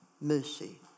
mercy